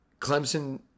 Clemson